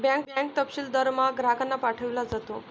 bank तपशील दरमहा ग्राहकांना पाठविला जातो